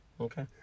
okay